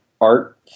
art